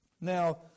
Now